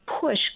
push